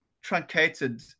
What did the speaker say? truncated